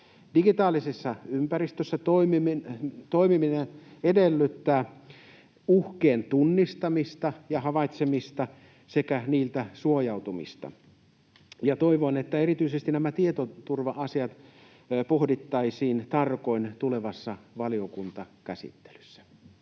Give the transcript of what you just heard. Digitaalisessa ympäristössä toimiminen edellyttää uhkien tunnistamista ja havaitsemista sekä niiltä suojautumista. Toivon, että erityisesti nämä tietoturva-asiat pohdittaisiin tarkoin tulevassa valiokuntakäsittelyssä.